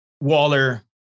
Waller